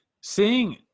Seeing